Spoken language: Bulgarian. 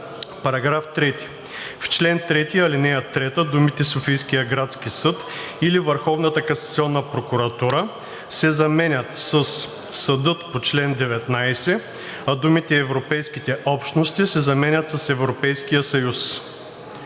§ 3. „§ 3. В чл. 3, ал. 3 думите „Софийският градски съд или Върховната касационна прокуратура“ се заменят със „Съдът по чл. 19, а думите „европейските общности“ се заменят с „Европейския съюз“.